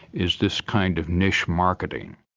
is this kind of niche marketing.